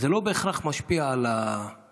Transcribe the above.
אז זה לא בהכרח משפיע על הקושי.